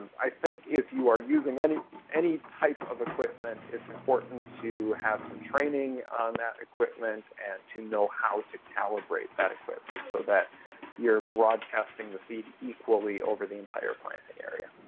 i think if you are using and any type of equipment, it's important to have some training on that equipment and to know how to calibrate that equipment so that you're broadcasting the seed equally over the entire planting area.